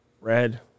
red